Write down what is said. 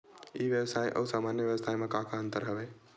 ई व्यवसाय आऊ सामान्य व्यवसाय म का का अंतर हवय?